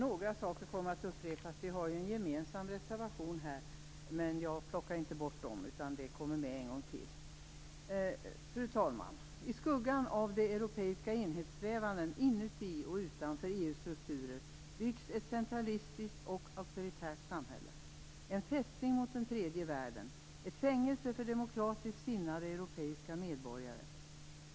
Fru talman! Eftersom vi har en gemensam reservation, kommer en del saker att upprepas här. I skuggan av de europeiska enhetssträvandena inuti och utanför EU:s strukturer byggs ett centralistiskt och auktoritärt samhälle, en fästning mot den tredje världen - ett fängelse för demokratiskt sinnade europeiska medborgare.